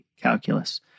Calculus